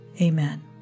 Amen